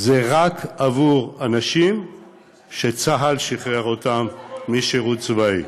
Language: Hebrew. זה רק עבור אנשים שצה"ל שחרר אותם משירות צבאי.